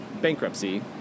bankruptcy